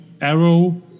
arrow